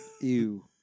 Ew